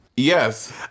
Yes